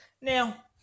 Now